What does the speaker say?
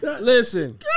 Listen